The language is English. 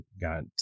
got